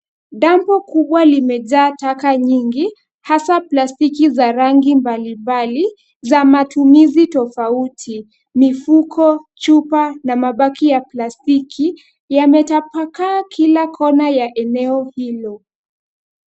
Dampo kubwa limejaa taka nyingi hasa plastiki za rangi mbalimbali za matumizi tofauti. Mifuko, chupa na mabaki ya plastiki yametapakaa kila kona ya eneo hilo.